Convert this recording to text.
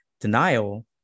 denial